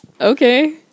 Okay